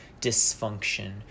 dysfunction